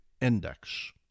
index